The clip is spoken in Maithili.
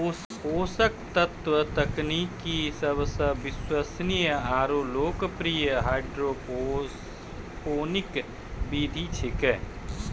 पोषक तत्व तकनीक सबसे विश्वसनीय आरु लोकप्रिय हाइड्रोपोनिक विधि छै